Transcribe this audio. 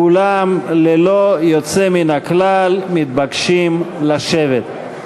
כולם ללא יוצא מן הכלל מתבקשים לשבת.